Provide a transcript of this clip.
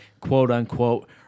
quote-unquote